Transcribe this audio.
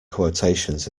quotations